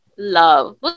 love